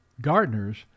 gardeners